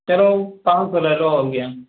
चलो पाँच सौ ले लो और क्या